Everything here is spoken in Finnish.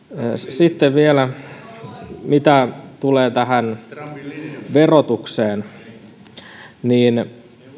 sitten vielä mitä tulee tähän verotukseen niin